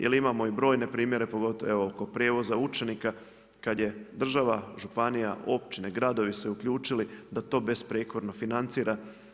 Jer imamo i brojne primjere pogotovo evo kod prijevoza učenika kada je država, županija, općine, gradovi se uključili da to besprijekorno financira.